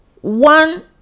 one